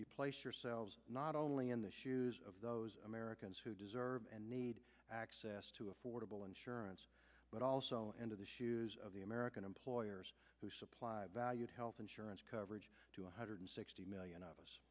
you place yourselves not only in the shoes of those americans who deserve and need access to affordable insurance but also into the shoes of the american employers who supply health insurance coverage to one hundred sixty million of us